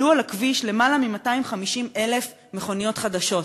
עלו על הכביש למעלה מ-250,000 מכוניות חדשות,